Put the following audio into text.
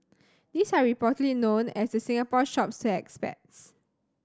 these are reportedly known as the Singapore Shops to expats